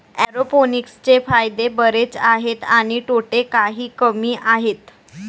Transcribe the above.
एरोपोनिक्सचे फायदे बरेच आहेत आणि तोटे काही कमी आहेत